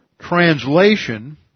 translation